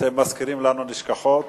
אתם מזכירים לנו נשכחות.